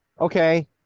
Okay